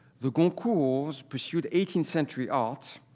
the goncourts pursued eighteenth century art,